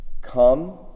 come